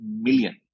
million